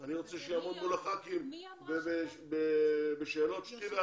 אני רוצה שיעמוד מול חברי הכנסת ויענה על שאלות.